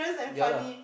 ya lah